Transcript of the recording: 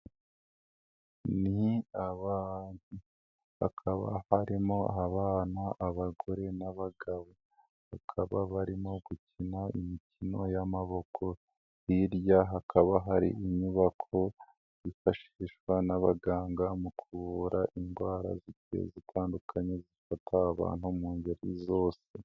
Ni abantu hakaba harimo abana abagore n'abagabo, bakaba barimo gukina imikino y'amaboko, hirya hakaba hari inyubako yifashishwa n'abaganga mu kuvura indwara zigiye zitandukanye zifata abantu mu ngeri zose.